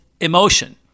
emotion